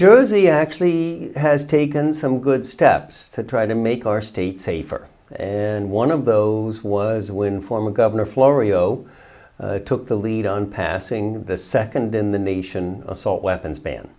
jersey actually has taken some good steps to try to make our state safer and one of those was when former governor florio took the lead on passing the second in the nation assault weapons